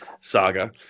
saga